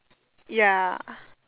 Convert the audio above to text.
ya